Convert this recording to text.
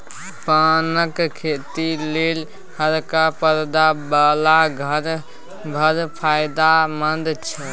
पानक खेती लेल हरका परदा बला घर बड़ फायदामंद छै